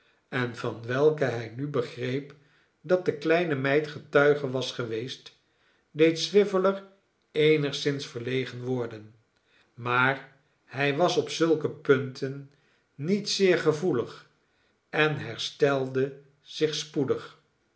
en van welke hij nu begreep dat de kleine meid getuige was geweest deed swiveller eenigszins verlegen worden maar hij was op zulke punten niet zeer gevoelig en herstelde zich spoedig